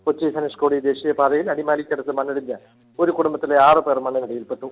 കൊച്ചി ധനുഷ്കോടി ദേശീയ പാതയിൽ അടിമാലിക്കടുത്ത് മണ്ണിടിഞ്ഞ് ഒരു കുടുംബത്തിലെ ആറുപേർ മണ്ണിനടിയിൽ പെട്ടു